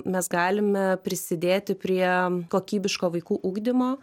mes galime prisidėti prie kokybiško vaikų ugdymo